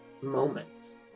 moments